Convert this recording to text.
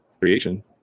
creation